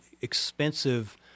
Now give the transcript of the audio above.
expensive